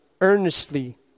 earnestly